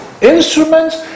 instruments